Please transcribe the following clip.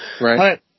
Right